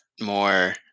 more